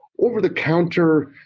over-the-counter